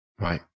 Right